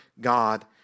God